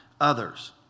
others